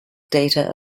data